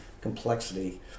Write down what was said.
complexity